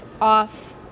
off